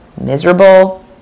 Miserable